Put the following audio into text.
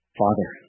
father